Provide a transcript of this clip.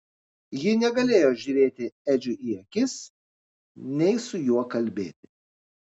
ji negalėjo žiūrėti edžiui į akis nei su juo kalbėti